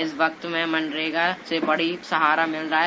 इस वक्त मैं मनरेगा से बड़ा सहारा मिल रहा है